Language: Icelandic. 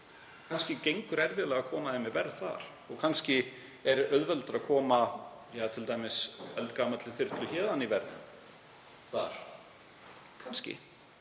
Kannski gengur erfiðlega að koma þeim í verð þar og kannski er auðveldara að koma t.d. eldgamalli þyrlu héðan í verð þar, kannski.